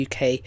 UK